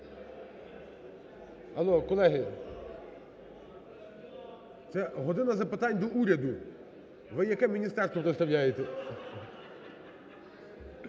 Алло, колеги… Це "година запитань до Уряду". Ви яке міністерство представляєте?